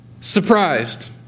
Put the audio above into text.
surprised